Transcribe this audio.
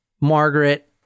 Margaret